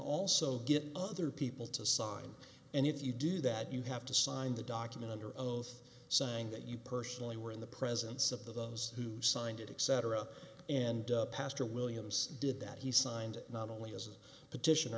also get other people to sign and if you do that you have to sign the document under oath saying that you personally were in the presence of those who signed it except or up and pastor williams did that he signed it not only as a petition